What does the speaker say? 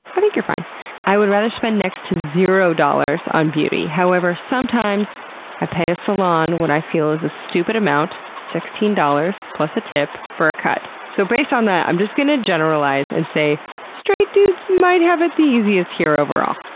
i think you're fine i would rather spend next to zero dollars on beauty. however, sometimes i pay a salon what i feel is a stupid amount, sixteen dollars plus tip, for a cut. so based on that, i'm just going to generalize and say that straight dudes might have it the easiest here, overall.